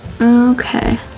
Okay